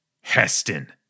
Heston